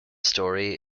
story